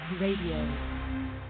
Radio